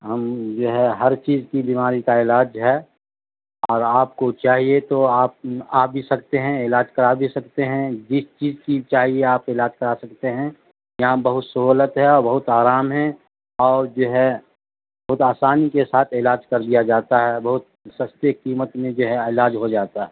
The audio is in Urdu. ہم جو ہے ہر چیز کی بیماری کا علاج ہے اور آپ کو چاہیے تو آپ آ بھی سکتے ہیں علاج کرا بھی سکتے ہیں جس چیز کی چاہیے آپ علاج کرا سکتے ہیں یہاں بہت سہولت ہے اور بہت آرام ہے اور جو ہے بہت آسانی کے ساتھ علاج کر دیا جاتا ہے بہت سستے قیمت میں جو ہے علاج ہو جاتا ہے